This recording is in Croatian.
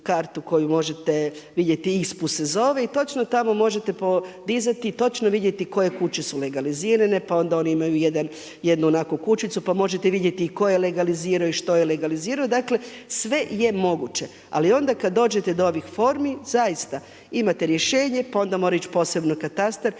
koju možete vidjeti ISPU se zove i točno tamo možete podizati i točno vidjeti koje kuće su legalizirane pa onda oni imaju jednu onakvu kućicu pa možete vidjeti i ko je legalizirao i što je legalizirao, dakle sve je moguće. Ali onda kada dođete do ovih formi zaista imate rješenje pa onda mora ići posebno katastar,